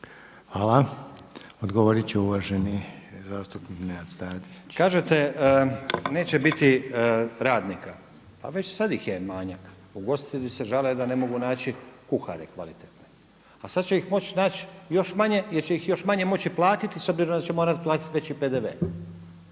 lijepa. Odgovorit će uvaženi zastupnik Nenad Stazić. **Stazić, Nenad (SDP)** Kažete neće biti radnika. Pa već sada ih je manjak, ugostitelji se žale da ne mogu naći kuhare kvalitetne, a sada će ih moći naći još manje jer će ih još manje moći platiti s obzirom da će morati platiti veći PDV.